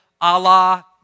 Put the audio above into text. Allah